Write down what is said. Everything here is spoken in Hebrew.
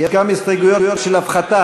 יש גם הסתייגויות של הפחתה,